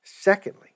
Secondly